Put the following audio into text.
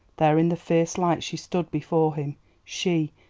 there in the fierce light she stood before him she,